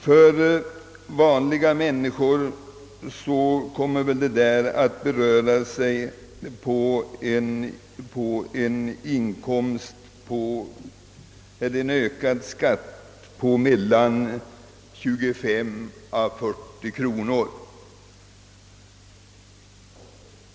För vanliga människor blir det väl en ökad skatt på 25 kronor.